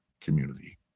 community